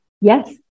Yes